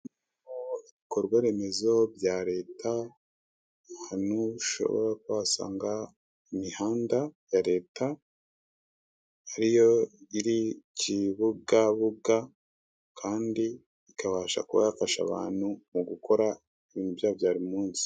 Ibikorwa remezo bya leta ahantu ushobora kuba wasanga imihanda ya leta, ari yo iri Kibugabuga kandi ikabasha kuba yafasha abantu mu gukora ibintu byabo bya buri munsi.